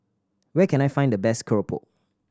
where can I find the best keropok